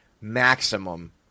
maximum